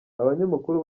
abanyamakuru